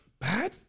Bad